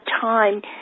time